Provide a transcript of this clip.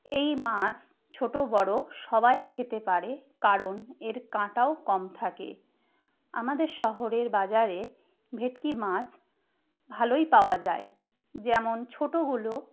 এই মাছ ছোটো বড়ো সবাই খেতে পারে কারণ এর কাঁটাও কম থাকে আমাদের শহরের বাজারে ভেটকি মাছ ভালোই পাওয়া যায় যেমন ছোটোগুলো